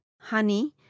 honey